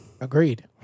Agreed